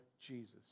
Jesus